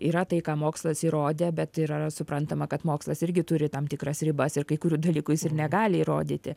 yra tai ką mokslas įrodė bet ir yra suprantama kad mokslas irgi turi tam tikras ribas ir kai kurių dalykų jis ir negali įrodyti